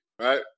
right